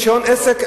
רשיון עסק,